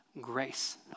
grace